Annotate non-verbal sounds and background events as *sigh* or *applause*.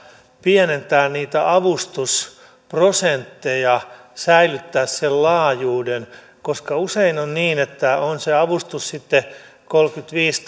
pienentää niitä avustusprosentteja säilyttää sen laajuuden koska usein on niin että on se avustus sitten kolmekymmentäviisi *unintelligible*